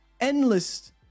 endless